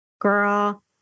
girl